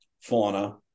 fauna